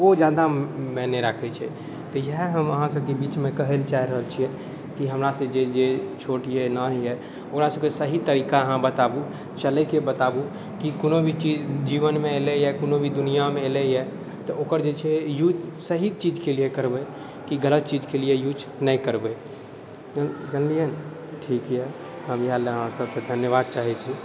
ओ ज्यादा मायने राखै छै तऽ इएह हम अहाँसभके बीचमे कहय लए चाहि रहल छियै कि हमरासँ जे जे छोट यए नान यए ओकरासभके सही तरीका अहाँ बताबू चलयके बताबू कि कोनो भी चीज जीवनमे एलैए कोनो भी दुनिआँमे एलैए तऽ ओकर जे छै यूज सही चीजके लिए करबै कि गलत चीजके लिए यूज नहि करबै जानलियै ठीक यए हम इएह लए अहाँसभके धन्यवाद चाहै छी